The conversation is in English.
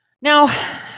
Now